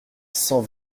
cent